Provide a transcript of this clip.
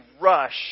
rush